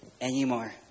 anymore